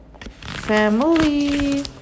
family